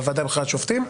בוועדה לבחירת שופטים.